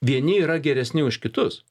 vieni yra geresni už kitus